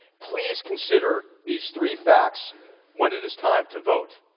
please consider these three facts when it is time to vote.